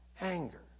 anger